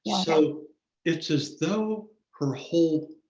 so it's as though her whole,